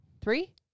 Three